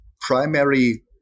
primary